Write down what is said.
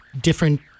different